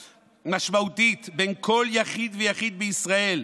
משמעותית בין כל יחיד ויחיד בישראל,